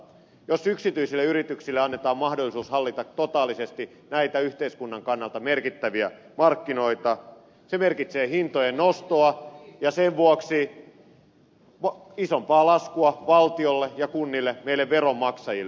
jos yksityisille yrityksille annetaan mahdollisuus hallita totaalisesti näitä yhteiskunnan kannalta merkittäviä markkinoita se merkitsee hintojen nostoa ja sen vuoksi isompaa laskua valtiolle ja kunnille meille veronmaksajille